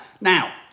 Now